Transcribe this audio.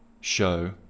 show